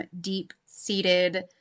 deep-seated